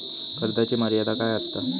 कर्जाची मर्यादा काय असता?